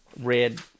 red